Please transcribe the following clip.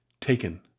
taken